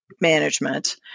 management